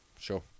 Sure